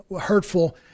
hurtful